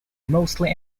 mostly